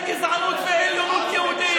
שזה גזענות ועליונות יהודית,